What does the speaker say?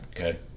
Okay